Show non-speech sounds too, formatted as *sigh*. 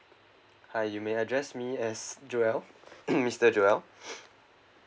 hi you may address me as joel *coughs* mister joel *breath*